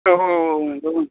औ औ औ नोंगौ औ